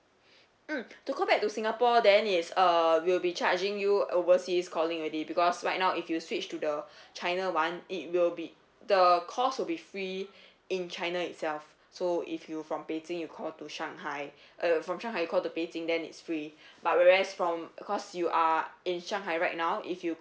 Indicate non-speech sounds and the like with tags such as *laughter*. mm *breath* to go back to singapore then it's uh we'll be charging you overseas calling already because right now if you switch to the *breath* china one it will be the calls will be free in china itself so if you from beijing you call to shanghai !aiyo! from shanghai call to beijing then it's free but whereas from because you are in shanghai right now if you